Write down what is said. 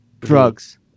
drugs